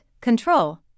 control